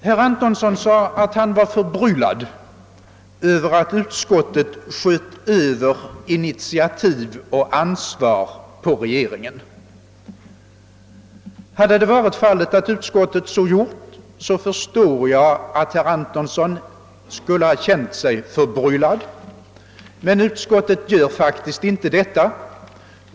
Herr Antonsson sade att han var förbryllad över att utskottet sköt över initiativ och ansvar på regeringen. Om utskottet så hade gjort, skulle jag ha förstått att herr Antonsson känt sig förbryllad, men utskottet gör faktiskt inte detta.